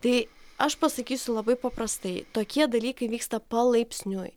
tai aš pasakysiu labai paprastai tokie dalykai vyksta palaipsniui